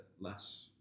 less